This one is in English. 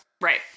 Right